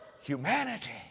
humanity